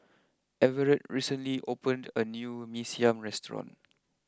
Everett recently opened a new Mee Siam restaurant